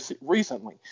recently